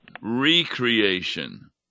recreation